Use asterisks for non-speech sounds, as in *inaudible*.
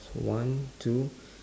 *breath* one two *breath*